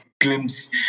glimpse